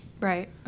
Right